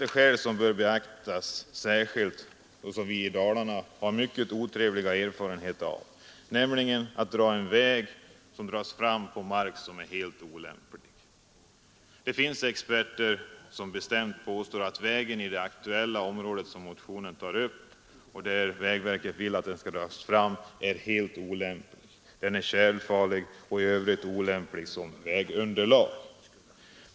Det förekommer vidare — något som särskilt vi i Dalarna har haft mycket otrevliga erfarenheter av — att väg dras fram på mark som är helt olämplig. Det finns experter som bestämt påstår att vägunderlaget är helt olämpligt i det område som motionen avser och som vägverkets förslag gäller. Den är tjälfarlig och i övrigt olämplig som vägunderlag.